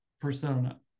persona